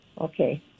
Okay